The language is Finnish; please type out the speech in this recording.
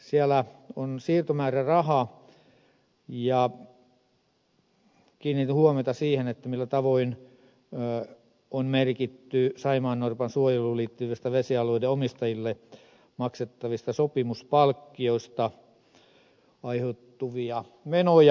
siellä on siirtomääräraha ja kiinnitin huomiota siihen millä tavoin on merkitty saimaannorpan suojeluun liittyvistä vesialueiden omistajille maksettavista sopimuspalkkioista aiheutuvia menoja